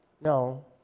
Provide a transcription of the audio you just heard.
no